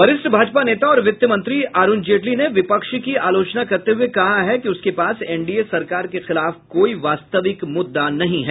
वरिष्ठ भाजपा नेता और वित्त मंत्री अरुण जेटली ने विपक्ष की आलोचना करते हुए कहा है कि उसके पास एनडीए सरकार के खिलाफ कोई वास्तविक मुद्दा नहीं है